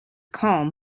calm